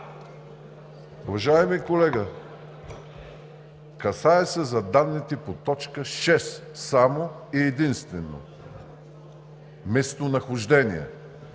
Уважаеми колега, касае се за данните по т. 6 – само и единствено местонахождение!